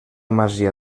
masia